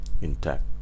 intact